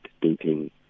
dating